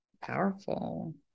powerful